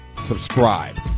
subscribe